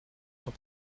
sont